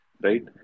Right